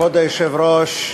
כבוד היושב-ראש,